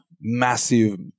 massive